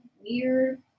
weird